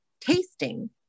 tasting